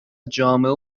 جامعه